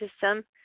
system